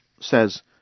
says